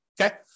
Okay